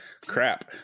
Crap